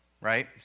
right